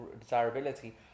desirability